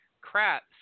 crap